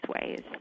ways